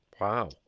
Wow